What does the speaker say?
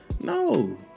no